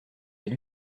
elle